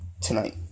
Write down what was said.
tonight